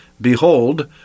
Behold